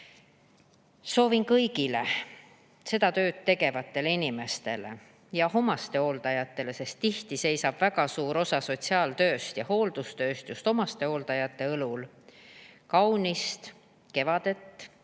Soovin kõigile seda tööd tegevatele inimestele ja omastehooldajatele, sest tihti seisab väga suur osa sotsiaaltööst ja hooldustööst just omastehooldajate õlul, kaunist kevadet,